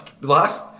last